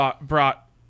brought